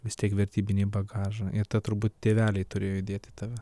vis tiek vertybinį bagažą ir tą turbūt tėveliai turėjo įdėt į tave